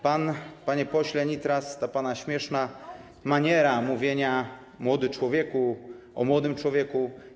Pan, panie pośle Nitras - ta pana śmieszna maniera mówienia: młody człowieku, o młodym człowieku.